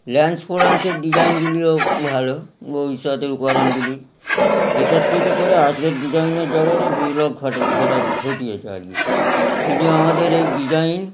land ফর্মসের ডিজাইনগুলিও ভালো ভবিষ্যতের উপাদানগুলি একত্রিত করে আজকের ডিজাইনের জগতে বিপ্লব ঘটিয়েছে আর কি কিন্তু আমাদের এই ডিজাইন